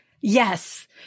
Yes